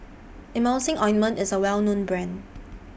Emulsying Ointment IS A Well known Brand